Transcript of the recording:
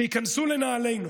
שייכנסו לנעלינו,